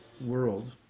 world